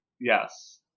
Yes